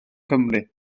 cymru